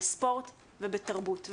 בספורט ובתרבות,